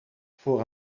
voor